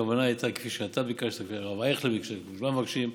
הכוונה הייתה כפי שאתה ביקשת והרב אייכלר ביקש וכולם מבקשים: